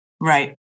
right